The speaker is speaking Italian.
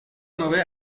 nove